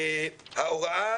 "ההוראה,